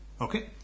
okay